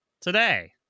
today